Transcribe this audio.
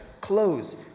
clothes